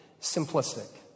simplistic